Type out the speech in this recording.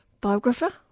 biographer